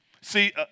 See